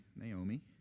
Naomi